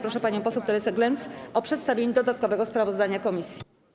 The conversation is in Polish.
Proszę panią poseł Teresę Glenc o przedstawienie dodatkowego sprawozdania komisji.